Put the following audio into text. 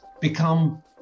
become